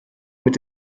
mit